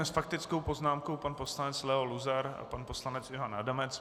S faktickou poznámkou pan poslanec Leo Luzar a pan poslanec Ivan Adamec.